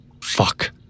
Fuck